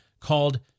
called